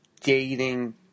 dating